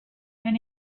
and